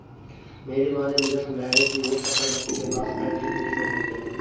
मेरी माँ ने मुझे समझाया की एक सफल व्यक्ति के पास आय के कई स्रोत होते हैं